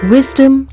Wisdom